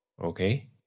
Okay